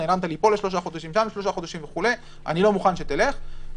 כבר נעלמו להרבה חודשים ולא מוכנים שילכו.